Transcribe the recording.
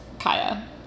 Kaya